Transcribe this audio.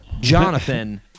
Jonathan